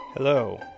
Hello